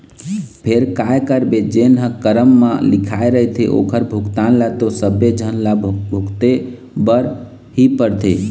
फेर काय करबे जेन ह करम म लिखाय रहिथे ओखर भुगतना ल तो सबे झन ल भुगते बर ही परथे